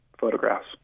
photographs